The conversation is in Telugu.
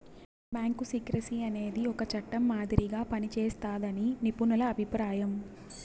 బ్యాంకు సీక్రెసీ అనేది ఒక చట్టం మాదిరిగా పనిజేస్తాదని నిపుణుల అభిప్రాయం